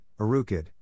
Arukid